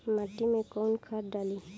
माटी में कोउन खाद डाली?